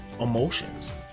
emotions